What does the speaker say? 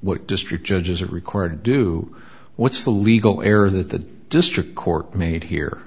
what district judges are required to do what's the legal error that the district court made here